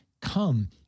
come